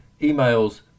emails